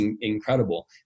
incredible